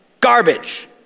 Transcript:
garbage